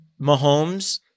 Mahomes